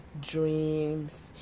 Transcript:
dreams